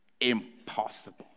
impossible